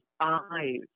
eyes